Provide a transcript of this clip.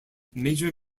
major